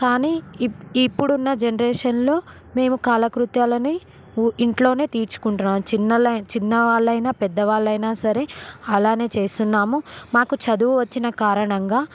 కానీ ఇప్ ఇప్పుడున్న జనరేషన్లో మేము కాలకృత్యాలని ఉ ఇంట్లోనే తీర్చుకుంటున్నాము చిన్నోల చిన్నవాళ్ళయిన పెద్దవాళ్ళయిన సరే అలానే చేస్తున్నాము మాకు చదువు వచ్చిన కారణంగా